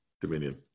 Dominion